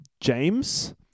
James